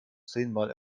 zehnmal